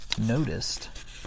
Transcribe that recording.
noticed